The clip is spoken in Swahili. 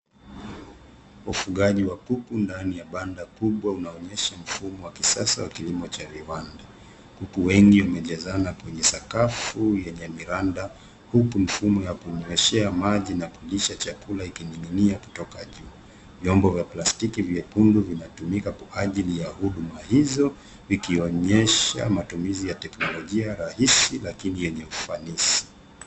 Ufugaji wa kuku ndani ya banda kubwa unaonyesha mfumo wa kisasa wa kilimo cha viwanda. Kuku wengi wamejazana kwenye sakafu yenye miranda huku mfumo ya kunyweshea maji na kulisha chakula ikining'ininia kutoka juu. Vyombo vya plastiki vyekundu vinatumika kwa ajili ya huduma hizo vikionyesha matumizi ya teknolojia rahisi lakini yenye ufanisi.